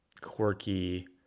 quirky